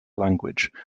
language